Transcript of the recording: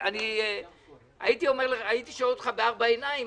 אני הייתי שואל אותך בארבע עיניים,